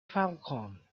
falcon